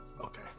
okay